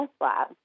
lab